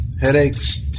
Headaches